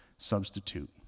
substitute